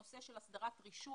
הנושא של הסדרת רישוי,